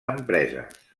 empreses